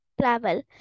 travel